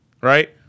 Right